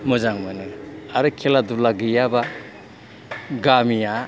मोजां मोनो आरो खेला दुला गैयाबा गामिया